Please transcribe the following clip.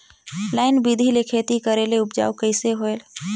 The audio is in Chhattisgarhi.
लाइन बिधी ले खेती करेले उपजाऊ कइसे होयल?